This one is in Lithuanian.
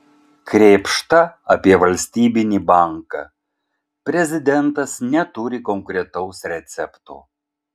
krėpšta apie valstybinį banką prezidentas neturi konkretaus recepto